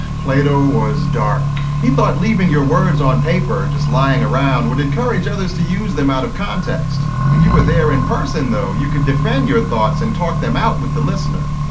plato was dark. he thought leaving your words on paper, just lying around, would encourage others to use them out of context. if you were there in person, though, you could defend your thoughts and talk them out with the listener.